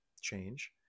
change